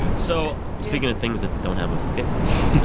yeah. so speaking of things that don't have a fix,